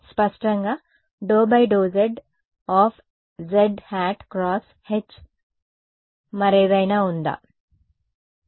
స్పష్టంగా ∂∂z zˆ × H మరేదైనా ఉందా